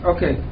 Okay